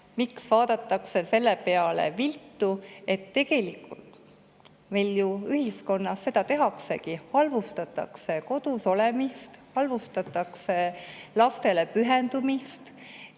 miks vaadatakse selle peale viltu. Tegelikult meil ju ühiskonnas seda tehaksegi, halvustatakse kodus olemist, halvustatakse lastele pühendumist.